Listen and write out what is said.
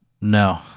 No